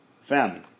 Family